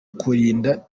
kurinda